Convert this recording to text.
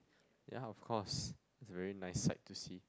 ya of course is a very nice sight to see